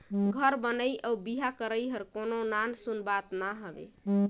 घर बनई अउ बिहा करई हर कोनो नान सून बात ना हवे